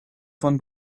von